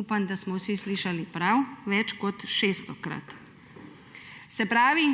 Upam, da smo vsi slišali prav, več kot šeststokrat. Se pravi,